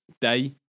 day